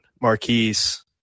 Marquise